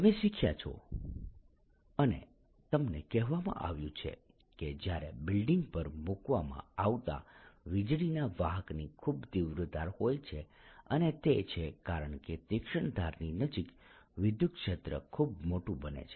તમે શીખ્યા છો અને તમને કહેવામાં આવ્યું છે કે જ્યારે બિલ્ડિંગ પર મૂકવામાં આવતા વીજળીના વાહકની ખૂબ તીવ્ર ધાર હોય છે અને તે તે છે કારણ કે તીક્ષ્ણ ધારની નજીક વિદ્યુત ક્ષેત્ર ખૂબ મોટું બને છે